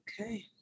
Okay